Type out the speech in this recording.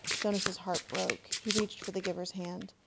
jonas's heart broke. he reached for the giver's hand.